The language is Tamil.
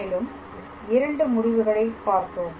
மேலும் இரண்டு முடிவுகளை பார்த்தோம்